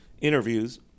interviews